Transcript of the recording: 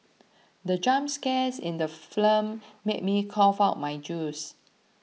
the jump scares in the made me cough out my juice